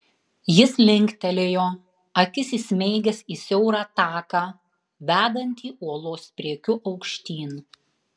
jis linktelėjo akis įsmeigęs į siaurą taką vedantį uolos priekiu aukštyn